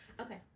Okay